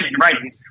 writing